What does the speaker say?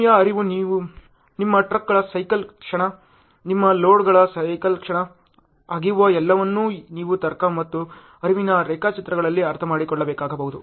ಭೂಮಿಯ ಹರಿವು ನಿಮ್ಮ ಟ್ರಕ್ಗಳ ಸೈಕಲ್ ಕ್ಷಣ ನಿಮ್ಮ ಲೋಡರ್ಗಳ ಸೈಕಲ್ ಕ್ಷಣ ಅಗೆಯುವ ಎಲ್ಲವನ್ನೂ ನೀವು ತರ್ಕ ಮತ್ತು ಹರಿವಿನ ರೇಖಾಚಿತ್ರಗಳಲ್ಲಿ ಅರ್ಥಮಾಡಿಕೊಳ್ಳಬೇಕಾಗಬಹುದು